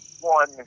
one